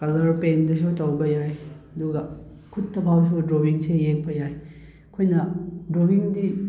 colour ꯄꯦꯟꯗꯁꯨ ꯇꯧꯕ ꯌꯥꯏ ꯑꯗꯨꯒ ꯈꯨꯠꯇ ꯐꯥꯎꯁꯨ ꯗ꯭ꯔꯣꯋꯤꯡꯁꯦ ꯌꯦꯛꯄ ꯌꯥꯏ ꯑꯩꯈꯣꯏꯅ ꯗ꯭ꯔꯣꯋꯤꯡꯗꯤ